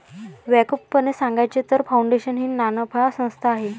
व्यापकपणे सांगायचे तर, फाउंडेशन ही नानफा संस्था आहे